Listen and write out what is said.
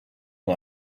nur